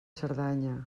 cerdanya